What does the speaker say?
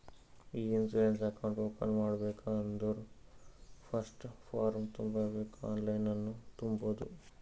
E insurance account open ಮಾಡ್ಬೇಕ ಅಂದುರ್ first form ತುಂಬಬೇಕ್ ಆನ್ಲೈನನ್ನು ತುಂಬೋದು